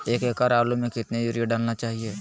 एक एकड़ आलु में कितना युरिया डालना चाहिए?